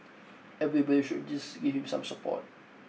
everybody should just give him some support